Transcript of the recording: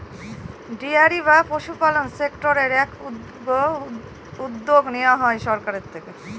dairy বা পশুপালন সেক্টরের এই উদ্যোগ নেওয়া হয় সরকারের থেকে